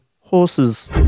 horses